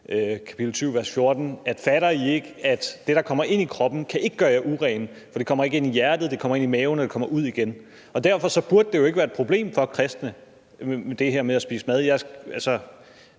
kapitel 7 : Fatter I ikke, at det, der kommer ind i kroppen, kan ikke gøre jer urene? For det kommer ikke ind i hjertet; det kommer ind i maven, og det kommer ud igen. Og derfor burde det her med at spise mad